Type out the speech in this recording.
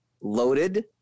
Loaded